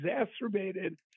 exacerbated